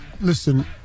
Listen